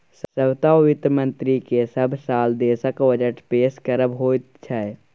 सभटा वित्त मन्त्रीकेँ सभ साल देशक बजट पेश करब होइत छै